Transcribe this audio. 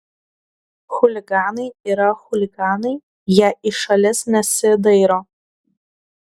chuliganai yra chuliganai jie į šalis nesidairo